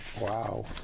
Wow